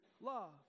love